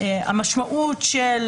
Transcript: זה שהמשמעות של